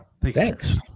Thanks